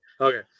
Okay